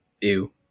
Ew